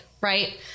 right